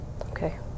Okay